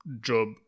job